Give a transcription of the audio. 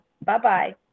Bye-bye